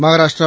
Maharashtra